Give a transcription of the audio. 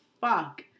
fuck